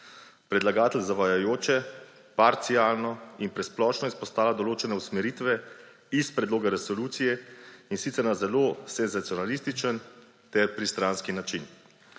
Predlagatelj zavajajoče, parcialno in presplošno izpostavlja določene usmeritve iz predloga resolucije, in sicer na zelo senzacionalističen ter pristranski način.